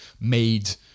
made